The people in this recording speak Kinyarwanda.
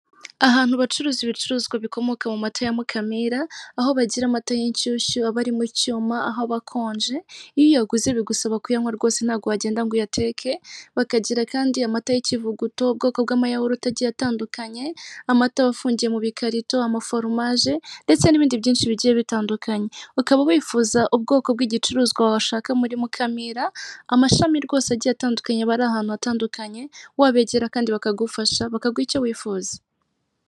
Ahantu bacuruza ibicuruzwa bikomoka mu mata ya Mukamira, aho bagira amata y'inshyushyu aba ari mu cyuma, aho aba akonje, iyo uyaguze bigusaba kuyanywa rwose ntago wagenda ngo uyateke, bakagira kandi amata y'ikivuguto, ubwoko bw'amayahurute agiye atandukanye, amata aba afungiye mu bikarito, amaforomaje ndetse n'ibindi byinshi bigiye bitandukanye. Ukaba bifuza ubwoko bw'igicuruzwa washaka muri Mukamira, amashami rwose agiye atandukanye aba ari ahantu hatandukanye, wabegera kandi bakagufasha, bakaguha icyo wifuza.